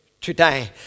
today